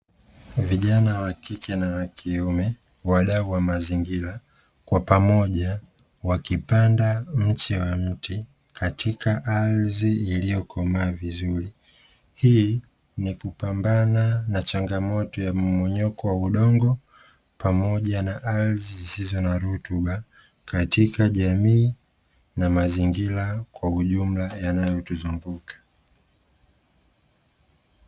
Vijana wakike na wakiume, wadau wa mazingira kwa pamoja wakipanda mche wa mti katika ardhi iliyokomaa vizuri, hii ni kupambana na changamoto ya mmomonyoko wa udongo pamoja na ardhi zisizo na rutuba katika jamii na mazingira kwa ujumla yanayotuzunguka.